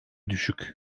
düşük